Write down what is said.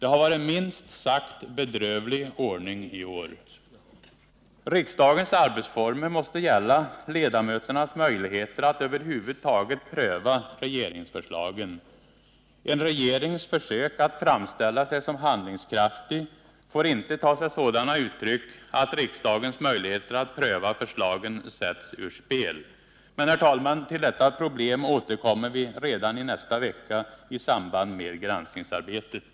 Det har varit en minst sagt bedrövlig ordning i år. Riksdagens arbetsformer måste gälla ledamöternas möjligheter att över huvud taget pröva regeringsförslagen. En regerings försök att framställa sig som handlingskraftig får inte ta sig sådana uttryck att riksdagens möjligheter att pröva förslagen sätts ur spel. Men, herr talman, till detta problem återkommer vi redan i nästa vecka i samband med granskningsarbetet.